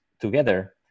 together